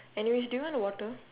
anyways do you want water